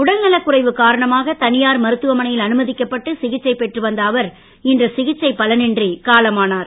உடல்நலக் குறைவு காரணமாக தனியார் மருத்துவமனையில் அனுமதிக்கப்பட்டு சிகிச்சை பெற்று வந்த அவர் இன்று சிகிச்சை பலனின்றி காலமானார்